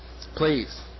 please